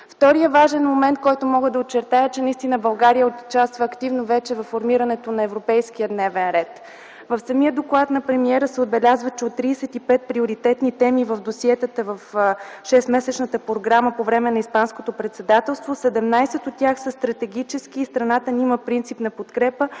Вторият важен момент, който мога да очертая, че наистина България участва активно вече във формирането на европейския дневен ред – в самия доклад на премиера се отбелязва, че от 35 приоритетни теми в досиетата в 6-месечната програма по време на испанското председателство, 17 от тях са стратегически и страната ни има принципна подкрепа,